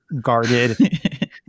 guarded